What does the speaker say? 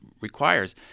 requires